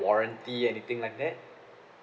warranty anything like that